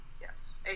Yes